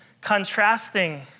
contrasting